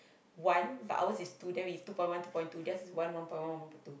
one but ours is to them is two point one two point two theirs is one one point one one point two